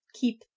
keep